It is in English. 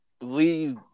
leave